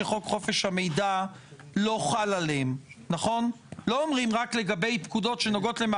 שפרסום ברשומות הוא עדיף ולו מבחינת היכולת להתחקות אחרי פקודות.